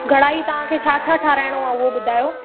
घड़ाई तव्हां खे छा छा ठाराहिणो आहे उहो ॿुधायो